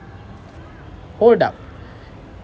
hold up